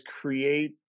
create